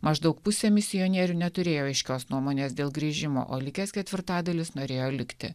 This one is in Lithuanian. maždaug pusė misionierių neturėjo aiškios nuomonės dėl grįžimo o likęs ketvirtadalis norėjo likti